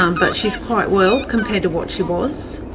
um but she is quite well compared to what she was,